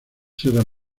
sierra